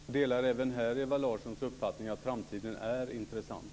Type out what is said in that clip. Fru talman! Jag delar även här Ewa Larssons uppfattning att framtiden är intressant.